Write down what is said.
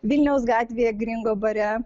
vilniaus gatvėje gringo bare